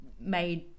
made